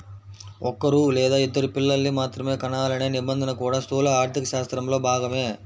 ఒక్కరూ లేదా ఇద్దరు పిల్లల్ని మాత్రమే కనాలనే నిబంధన కూడా స్థూల ఆర్థికశాస్త్రంలో భాగమే